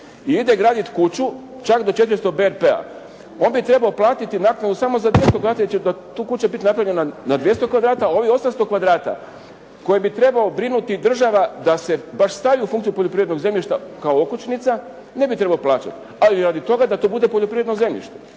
… /Govornik se ne razumije./ … On bi trebao platiti naknadu samo za … /Govornik se ne razumije./ … ta kuća biti napravljena na 200 kvadrata a ovih 800 kvadrata koje bi trebala brinuti država da se baš stavi u funkciju poljoprivrednog zemljišta kao okućnica ne bi trebao plaćati. Ali radi toga da to bude poljoprivredno zemljište.